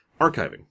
Archiving